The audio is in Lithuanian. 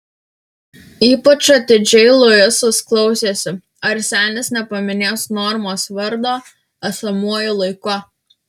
ypač atidžiai luisas klausėsi ar senis nepaminės normos vardo esamuoju laiku